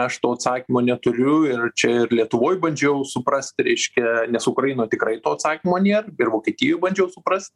aš to atsakymo neturiu ir čia ir lietuvoj bandžiau suprasti reiškia nes ukraino tikrai to atsakymo nier ir vokietijoj bandžiau suprast